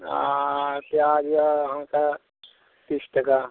प्याज यऽ अहाँक तीस टका